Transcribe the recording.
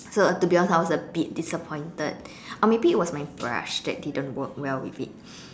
so to be honest I was a bit disappointed or maybe it was my brush that didn't work well with it